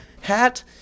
hat